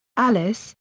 alice,